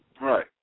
Right